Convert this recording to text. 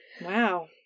Wow